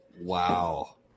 Wow